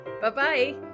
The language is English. Bye-bye